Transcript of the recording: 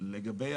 לגבי